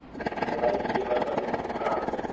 दवाई छिंचे बर सबले मशीन का हरे?